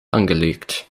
angelegt